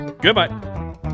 Goodbye